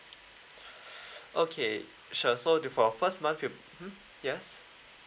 okay sure so for our first month you'll mm yes